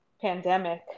pandemic